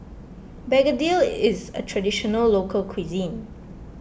Begedil is a Traditional Local Cuisine